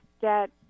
get